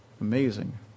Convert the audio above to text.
Amazing